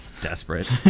desperate